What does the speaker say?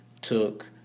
took